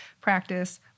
practice